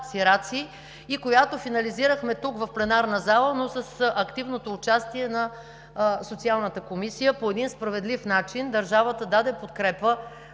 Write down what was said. и която финализирахме тук в пленарната зала, но с активното участие на Социалната комисия. По един справедлив начин държавата даде подкрепа